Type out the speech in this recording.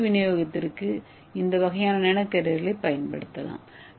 மருந்து விநியோகத்திற்கு இந்த வகையான நானோ கேரியர்களையும் பயன்படுத்தலாம்